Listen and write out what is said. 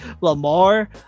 Lamar